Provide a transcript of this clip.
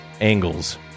angles